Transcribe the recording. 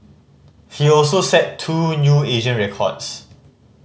he also set two new Asian records